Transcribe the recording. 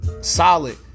Solid